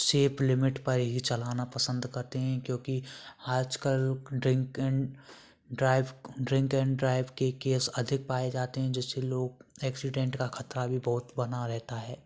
safe limit पर ही चलाना पसंद करते हैं क्योंकि आजकल ड्रिंकिंग ड्राइव ड्रिंकिंग ड्राइव के केस अधिक पाए जाते हैं जिससे लोग एक्सीडेंट का खतरा भी बहुत बना रहता है